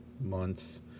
months